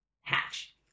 hatch